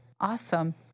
awesome